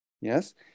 yes